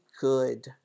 good